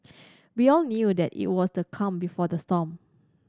we all knew that it was the calm before the storm